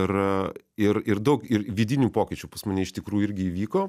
ir ir ir daug ir vidinių pokyčių pas mane iš tikrųjų irgi įvyko